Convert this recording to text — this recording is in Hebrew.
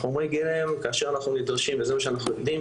בחומרי גלם כאשר אנחנו נדרשים וזה מה שאנחנו יודעים,